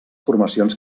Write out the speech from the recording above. formacions